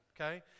okay